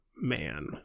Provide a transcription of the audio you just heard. man